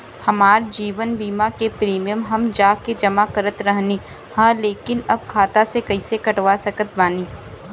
हमार जीवन बीमा के प्रीमीयम हम जा के जमा करत रहनी ह लेकिन अब खाता से कइसे कटवा सकत बानी?